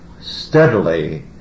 steadily